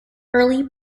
early